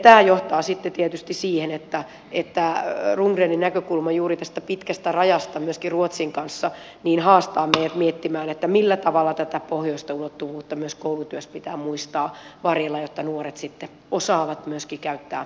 tämä johtaa sitten tietysti siihen että rundgrenin näkökulma juuri tästä pitkästä rajasta myöskin ruotsin kanssa haastaa meidät miettimään millä tavalla tätä pohjoista ulottuvuutta myös koulutyössä pitää muistaa varjella jotta nuoret sitten osaavat myöskin käyttää etua hyväkseen